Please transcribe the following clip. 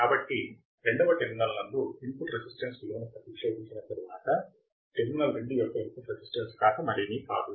కాబట్టి రెండవ టెర్మినల్ నందు ఇన్పుట్ రెసిస్టెన్స్ విలువను ప్రతిక్షేపించిన తరువాత టెర్మినల్ రెండు యొక్క ఇన్పుట్ రెసిస్టెన్స్ కాక మరేమీ కాదు